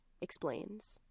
explains